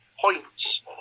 points